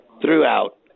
throughout